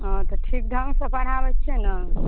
ओ तऽ ठीक ढङ्गसँ पढ़ाबैत छियै ने